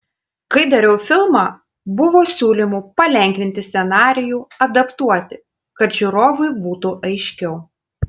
kai dariau filmą buvo siūlymų palengvinti scenarijų adaptuoti kad žiūrovui būtų aiškiau